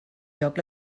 joc